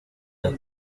aha